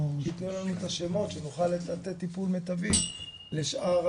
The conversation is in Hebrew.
שיתנו לנו את השמות שנוכל לתת טיפול מיטבי לשאר.